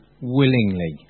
willingly